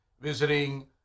visiting